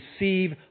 receive